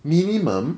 minimum